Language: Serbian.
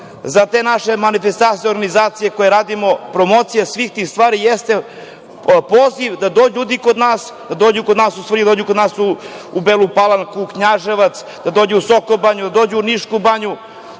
za te naše manifestacije, organizacije, koje radimo, promocija svih tih stvari jeste poziv da dođu ljudi kod nas, dođu kod nas u Svrljig, dođu kod nas u Belu Palanku, Knjaževac, da dođu u Sokobanju, da dođu u Nišku Banju,